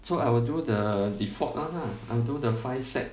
so I will do the default one lah I'll do the five set